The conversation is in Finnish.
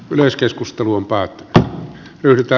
yleiskeskustelun päätyttyä ryhdytä